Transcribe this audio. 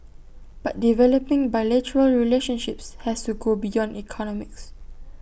but developing bilateral relationships has to go beyond economics